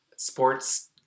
Sports